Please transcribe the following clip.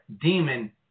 demon